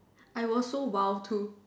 I was so wild too